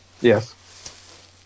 Yes